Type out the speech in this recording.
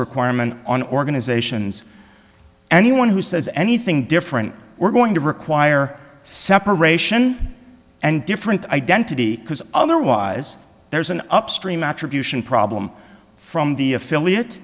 requirement on organizations anyone who says anything different we're going to require separation and different identity because otherwise there's an upstream attribution problem from the affiliate